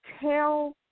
Tell